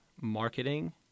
marketing